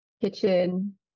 kitchen